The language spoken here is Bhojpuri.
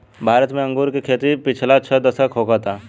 भारत में अंगूर के खेती पिछला छह दशक होखता